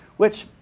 which,